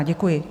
Děkuji.